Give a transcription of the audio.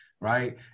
right